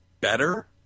better